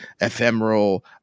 ephemeral